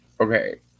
Okay